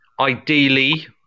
Ideally